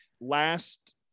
last